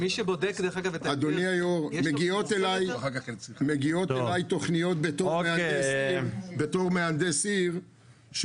מגיעות אלי תכניות בתור מהנדס עיר,